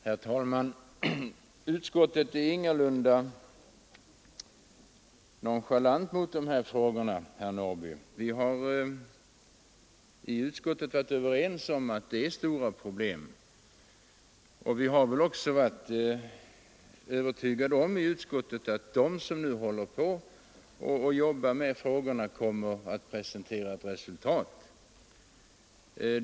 Herr talman! Utskottet är ingalunda nonchalant när det gäller dessa frågor, herr Norrby. Vi har i utskottet varit överens om att detta är stora problem, och vi har också varit övertygade om att de som nu håller på att arbeta med dessa frågor kommer att presentera ett resultat.